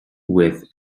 with